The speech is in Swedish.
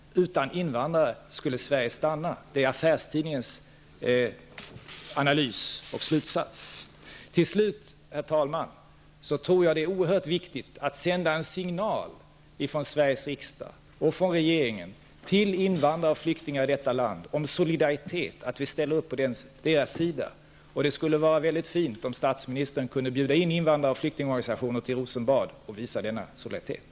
Utan invandrare skulle Sverige stanna. Det här är Affärstidningens analys och slutsats. Herr talman! Jag tror att det är oerhört viktigt att sända en signal från Sveriges riksdag och från regeringen till invandrare och flyktingar i detta land om solidaritet och att vi ställer upp på deras sida. Det skulle vara fint om statsministern kunde bjuda in invandrar och flyktingorganisationer till Rosenbad och visa denna solidaritet.